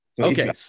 Okay